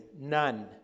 None